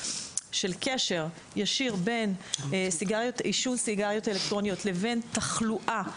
של קשר ישיר בין עישון סיגריות אלקטרוניות לבין תחלואה,